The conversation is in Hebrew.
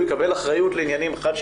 הוא יקבל אחריות לעניינים אחד,